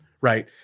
right